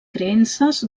creences